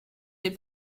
les